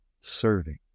serving